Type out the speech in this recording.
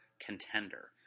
contender